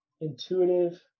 intuitive